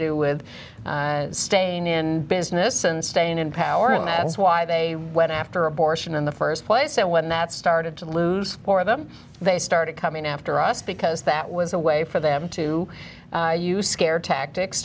do with staying in business and staying in power and that's why they went after abortion in the st place and when that started to lose for them they started coming after us because that was a way for them to use scare tactics